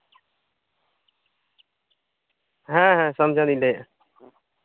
ᱦᱮᱸ ᱦᱮᱸ ᱥᱚᱧᱡᱚᱭ ᱞᱤᱧ ᱞᱟᱹᱭᱮᱜᱼᱟ